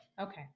Okay